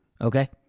Okay